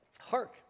Hark